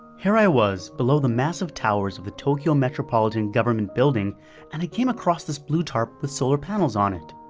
here i was below the massive towers of the tokyo metropolitan government building and i came across this blue tarp with solar panels on it.